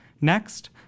Next